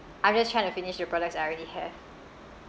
I'm just trying to finish the products I already have